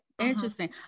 interesting